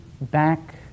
back